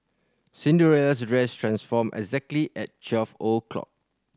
Cinderella's dress transformed exactly at twelve o'clock